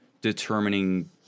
determining